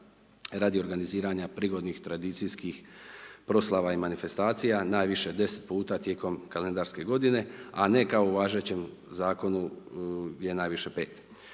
radi organiziranja prigodnih tradicijskih proslava i manifestacija, najviše 10 puta tijekom kalendarske godine, a ne kao u važećem Zakonu, je najviše 5.